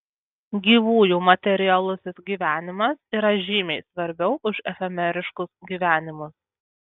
gyvųjų materialusis gyvenimas yra žymiai svarbiau už efemeriškus gyvenimus